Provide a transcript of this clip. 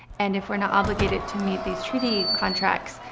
and if we're not obligated to meet these treaty contracts,